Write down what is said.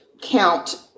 count